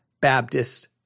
Baptist